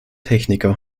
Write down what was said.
techniker